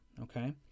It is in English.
okay